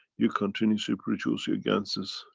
you continuously produce your ganses.